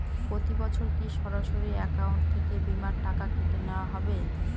প্রতি বছর কি সরাসরি অ্যাকাউন্ট থেকে বীমার টাকা কেটে নেওয়া হবে?